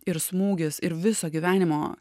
ir smūgis ir viso gyvenimo